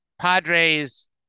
Padres